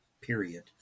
period